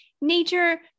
nature